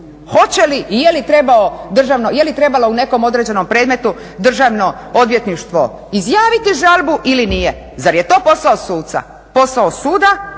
Hoće li i je li trebalo u nekom određenom predmetu Državno odvjetništvo izjaviti žalbu ili nije. Zar je to posao suca, pogotovo